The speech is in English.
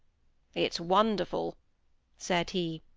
it's wonderful said he,